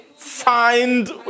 Find